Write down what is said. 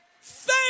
Thank